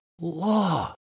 law